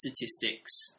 statistics